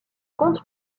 compte